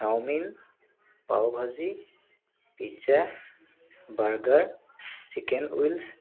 chowmein pav bhaji pizza burger chicken wings